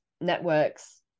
networks